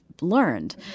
learned